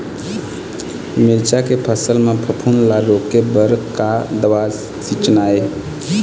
मिरचा के फसल म फफूंद ला रोके बर का दवा सींचना ये?